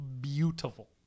beautiful